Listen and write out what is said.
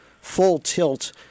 full-tilt